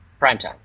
Primetime